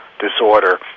disorder